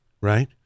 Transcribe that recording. right